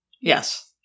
Yes